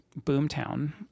Boomtown